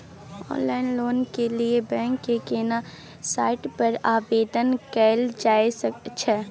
Online loan के लिए bank के केना साइट पर आवेदन कैल जाए छै?